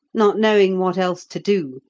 not knowing what else to do,